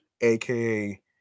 aka